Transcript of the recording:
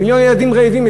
מיליון ילדים רעבים?